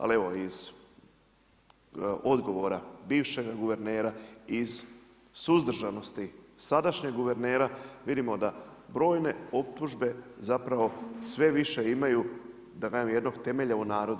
Ali evo iz odgovora bivšeg guvernera i iz suzdržanosti sadašnjeg guvernera vidimo da brojne optužbe zapravo sve više imaju da kažem jednog temelja u narodu.